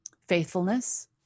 faithfulness